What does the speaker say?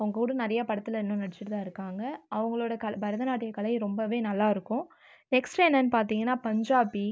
அவங்க கூட நிறைய படத்தில் இன்னும் நடிச்சிட்டு தான் இருக்காங்கள் அவங்களோட கலை பரதநாட்டியம் கலை ரொம்பவே நல்லாருக்கும் நெக்ஸ்ட் என்னன்னு பார்த்தீங்கனா பஞ்சாபி